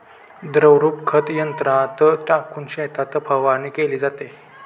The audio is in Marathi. द्रवरूप खत यंत्रात टाकून शेतात फवारणी केली जाते